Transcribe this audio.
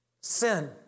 Sin